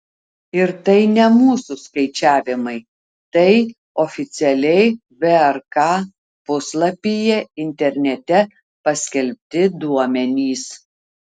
ir tai ne mūsų skaičiavimai tai oficialiai vrk puslapyje internete paskelbti duomenys